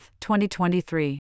2023